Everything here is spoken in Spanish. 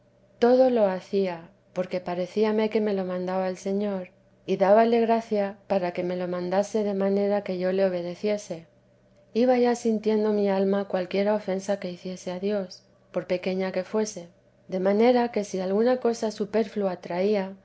todo lo hacía porque parecíame que me lo mandaba el señor y dábale gracia para que me lo mandase de manera que yo le obedeciese iba ya sintiendo mi alma cualquiera ofensa que hiciese a dios por pequeña que fuese de manera que si alguna cosa superflua traía